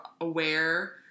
aware